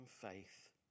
faith